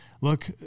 look